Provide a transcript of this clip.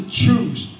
choose